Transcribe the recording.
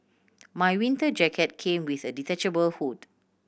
my winter jacket came with a detachable hood